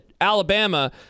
Alabama